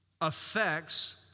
affects